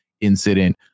incident